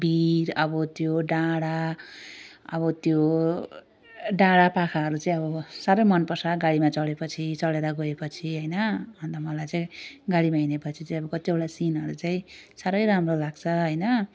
भिर अब त्यो डाँडा अब त्यो डाँडा पाखाहरू चाहिँ अब साह्रो मन पर्छ गाडीमा चढे पछि चढेर गए पछि होइन अन्त मलाई चाहिँ गाडीमा हिँडे पछि चाहिँ अब कतिवटा सिनहरू चाहिँ साह्रै राम्रो लाग्छ होइन